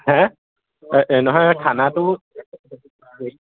হে নহয় নহয় খানাটো